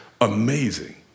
amazing